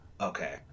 Okay